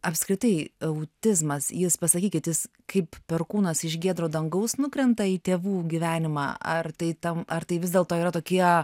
apskritai autizmas jis pasakykit jis kaip perkūnas iš giedro dangaus nukrenta į tėvų gyvenimą ar tai tam ar tai vis dėlto yra tokie